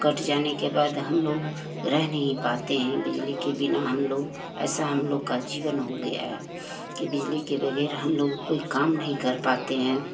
cut जाने के बाद हम लोग रह नहीं पाते हैं बिजली के बिना हम लोग ऐसा हम लोग का जीवन हो गया है कि बिजली के वगैर हम लोग कोई काम नहीं कर पाते हैं